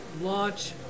Launch